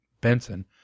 Benson